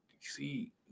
see